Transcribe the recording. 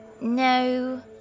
No